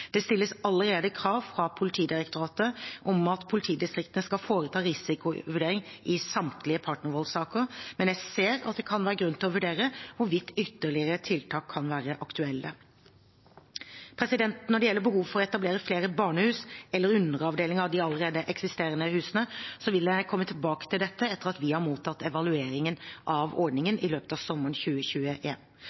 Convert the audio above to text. Det stilles allerede krav fra Politidirektoratet om at politidistriktene skal foreta risikovurdering i samtlige partnervoldsaker, men jeg ser at det kan være grunn til å vurdere hvorvidt ytterligere tiltak kan være aktuelt. Når det gjelder behov for å etablere flere barnehus eller underavdelinger av de allerede eksisterende husene, vil jeg komme tilbake til dette etter at vi har mottatt evalueringen av ordningen i løpet av sommeren